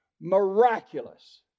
miraculous